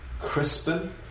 Crispin